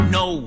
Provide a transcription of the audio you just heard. no